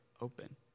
open